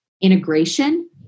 integration